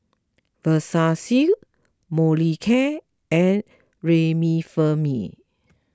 Vagisil Molicare and Remifemin